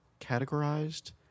categorized